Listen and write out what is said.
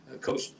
Coach